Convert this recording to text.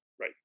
right